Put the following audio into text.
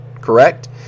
correct